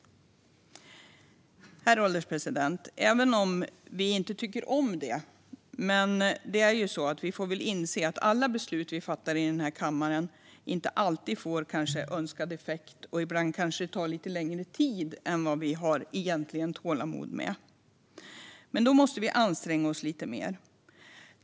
Herr ålderspresident! Även om vi inte tycker om det får vi väl inse att alla beslut som vi fattar i den här kammaren inte alltid får önskad effekt och att det ibland tar lite längre tid än vad vi egentligen har tålamod med. Men då måste vi anstränga oss lite mer.